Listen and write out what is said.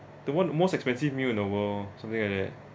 the one most expensive meal in the world something like that